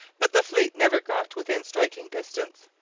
but the fleet never got within striking distance.